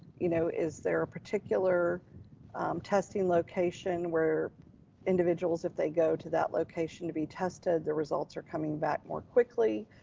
you know is there a particular testing location where individuals, if they go to that location to be tested, the results are coming back more quickly,